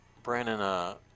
Brandon